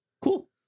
Cool